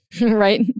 Right